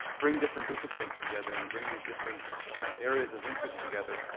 bring different disciplines together and bring these different areas of interest together,